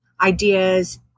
ideas